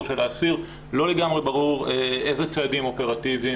של האסיר אבל לא לגמרי ברור איזה צעדים אופרטיביים